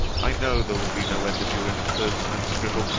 i know there will be no end of your impertinent scribble,